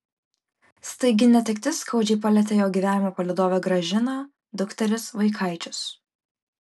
staigi netektis skaudžiai palietė jo gyvenimo palydovę gražiną dukteris vaikaičius